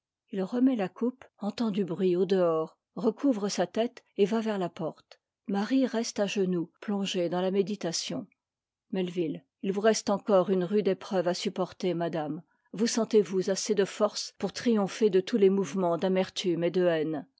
il remet la coupe entend du bruit au dehors recouvre sa m e et va vers la porte y tr e reste à genoux plongée dans la méditation elleville il vous reste encore une rude épreuve à sup porter madame vous sentez-vous assez de force pour triompher de tous les mouvements d'amertume et de haine